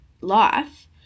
life